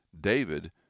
David